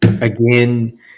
again